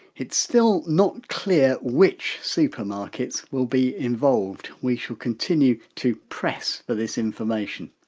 it's still not clear which supermarkets will be involved. we shall continue to press for this information.